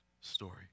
story